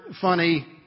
funny